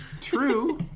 True